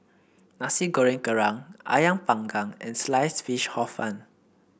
Nasi Goreng Kerang ayam Panggang and Sliced Fish Hor Fun